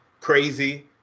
crazy